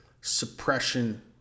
suppression